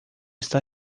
está